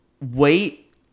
wait